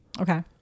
Okay